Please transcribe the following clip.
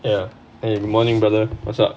ya eh good morning brother what's up